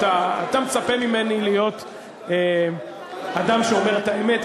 אתה מצפה ממני להיות אדם שאומר את האמת,